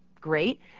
great